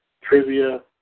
trivia